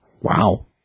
Wow